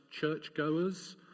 churchgoers